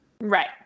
Right